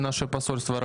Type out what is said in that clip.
להלן תרגום חופשי)